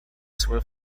свой